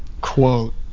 quote